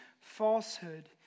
falsehood